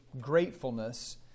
gratefulness